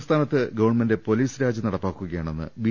സംസ്ഥാനത്ത് government police raj നടപ്പാക്കുകയാണെന്ന് B